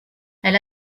elle